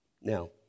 Now